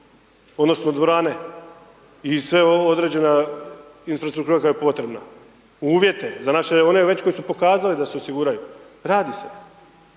odnosno dvorane i sve ovo određena infrastruktura koja je potrebna, uvjete za naše one već koji su pokazali da se osiguraju, radi se,